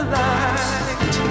light